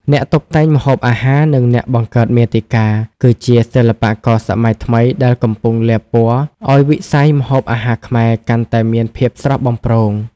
អ្នកតុបតែងម្ហូបអាហារ និងអ្នកបង្កើតមាតិកា គឺជាសិល្បករសម័យថ្មីដែលកំពុងលាបពណ៌ឱ្យវិស័យម្ហូបអាហារខ្មែរកាន់តែមានភាពស្រស់បំព្រង។